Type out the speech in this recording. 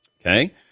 Okay